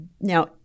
now